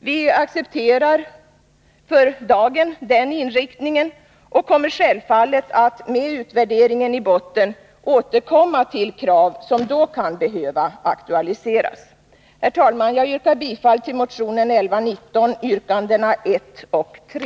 Vi accepterar för dagen den inriktningen och kommer självfallet att med utvärderingen i botten återkomma till krav som då kan behöva aktualiseras. Herr talman! Jag yrkar bifall till motion 1119, yrkandena 1 och 3.